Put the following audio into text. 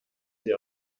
sie